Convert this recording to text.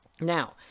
Now